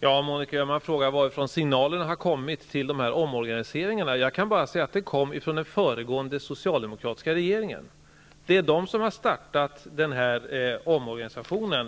Herr talman! Monica Öhman frågar varifrån signalerna till den aktuella omorganisationen kommer. Jag kan bara säga att de har kommit från den föregående socialdemokratiska regeringen. Det är den som,